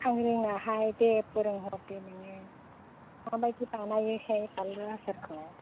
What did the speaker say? आं रोङाहाय दे फोरोंहर दे नोङो माबायदि बानायोसाय बानलु आसारखौ